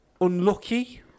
unlucky